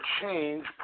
Change